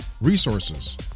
Resources